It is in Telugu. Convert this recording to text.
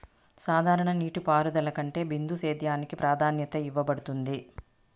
సాధారణ నీటిపారుదల కంటే బిందు సేద్యానికి ప్రాధాన్యత ఇవ్వబడుతుంది